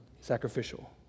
sacrificial